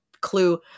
clue